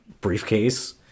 briefcase